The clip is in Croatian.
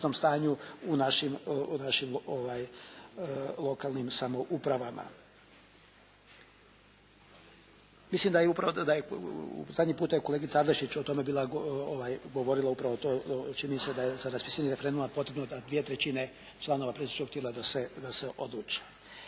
u našim lokalnim samoupravama. Mislim da je zadnji puta je kolegica Adlešić o tome bila govorila, upravo to čini mi se da je za raspisivanje referenduma potrebno da dvije trećine predsjedničkog tijela da se odluči.